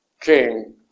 king